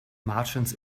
martians